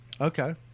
Okay